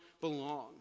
belong